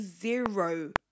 zero